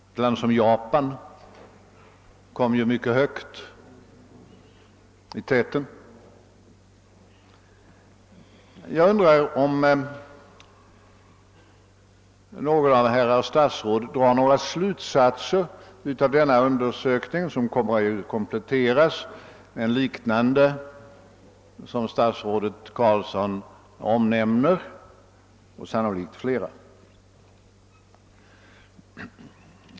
Ett land som Japan låg i täten. Jag undrar om några av herrar statsråd drar några slutsatser av denna undersökning, som kommer att kompletteras med en liknande — vilket statsrådet Carlsson omnämner — och sannolikt flera.